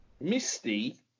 Misty